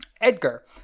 Edgar